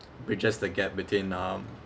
bridges the gap between um